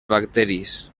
bacteris